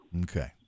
Okay